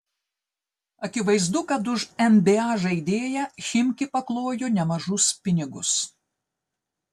akivaizdu kad už nba žaidėją chimki paklojo nemažus pinigus